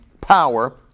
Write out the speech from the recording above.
power